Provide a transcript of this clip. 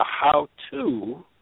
how-to